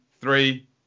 three